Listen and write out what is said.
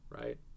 right